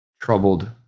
troubled